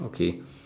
okay